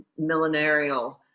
millenarial